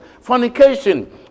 fornication